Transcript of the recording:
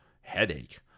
headache